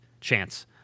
chance